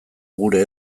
gure